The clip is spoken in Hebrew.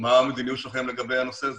מה המדיניות שלכם לגבי הנושא הזה?